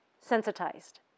sensitized